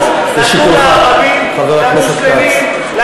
נתנו, לשיקולך, חבר הכנסת כץ.